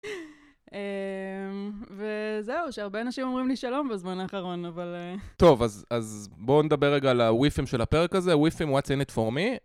וזהו, שהרבה אנשים אומרים לי שלום בזמן האחרון, אבל... טוב, אז בואו נדבר רגע על הוויפים של הפרק הזה. וויפים, what's in it for me?